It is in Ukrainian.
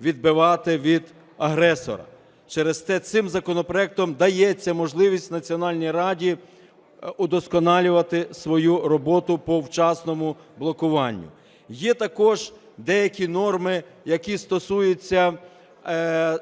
відбивати від агресора. Через те цим законопроектом дається можливість Національній раді удосконалювати свою роботу по вчасному блокуванню. Є також деякі норми, які стосуються